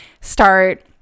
start